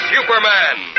Superman